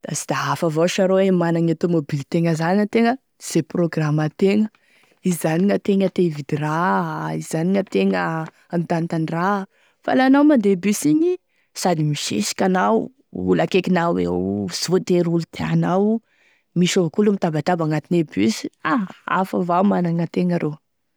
Sy da hafa avao saro e managne tomabilo tegna zany antegna, programme antegna, hizanogny antegna te hividy raha, hizanogny antegna ta hagnontanitany raha, fa la anao mandeha bus igny, sady misisiky anao, olo akaikinao eo o, sy voatery olo tianao, misy avao koa olo mitabataba agnatine bus, ah hafa avao managny gn'antegna ro.